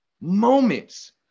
moments